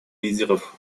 лидеров